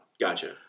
Gotcha